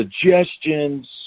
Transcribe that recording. suggestions